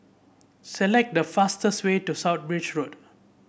select the fastest way to South Bridge Road